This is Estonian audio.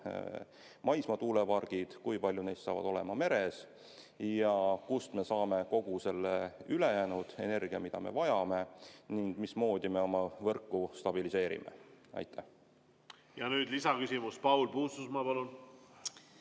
maismaa tuulepargid ja kui paljud neist saavad olema meres ja kust me saame kogu ülejäänud energia, mida me vajame, ning mismoodi me oma võrku stabiliseerime. Nüüd lisaküsimus. Paul Puustusmaa, palun!